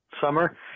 summer